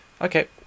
okay